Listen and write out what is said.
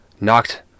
knocked